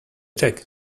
cheque